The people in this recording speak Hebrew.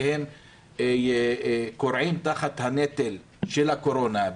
שהם כורעים תחת הנטל של הקורונה,